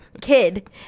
kid